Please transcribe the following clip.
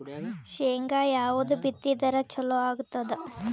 ಶೇಂಗಾ ಯಾವದ್ ಬಿತ್ತಿದರ ಚಲೋ ಆಗತದ?